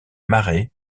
marais